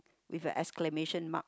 with a exclamation mark